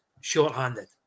shorthanded